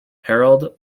herald